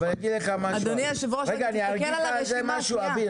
אני אגיד לך על זה משהו.